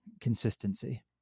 consistency